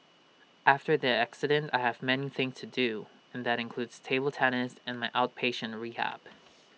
after the accident I have many things to do and that includes table tennis and my outpatient rehab